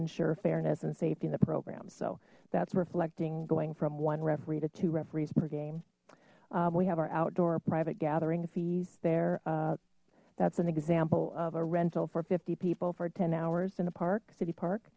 ensure fairness and safety in the program so that's reflecting going from one referee to two referees per game we have our outdoor private gathering fees there that's an example of a rental for fifty people for ten hours in a park city park